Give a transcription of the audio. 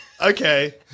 okay